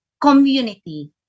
community